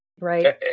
right